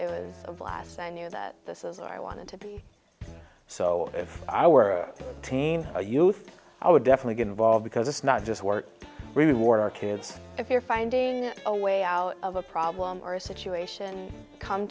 there was a blast so i knew that this is i wanted to be so if i were a teen youth i would definitely get involved because it's not just work reward our kids if you're finding a way out of a problem or a situation come